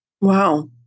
Wow